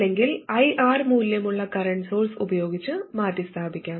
അല്ലെങ്കിൽ IR മൂല്യമുള്ള current source ഉപയോഗിച്ച് മാറ്റിസ്ഥാപിക്കാം